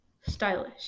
stylish